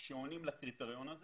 שעונים לקריטריון הזה